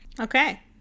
Okay